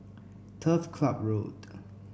Turf Club Road